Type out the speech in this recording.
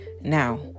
Now